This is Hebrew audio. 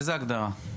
איזו הגדרה?